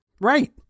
Right